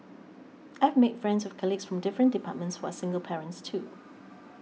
I have made friends with colleagues from different departments who are single parents too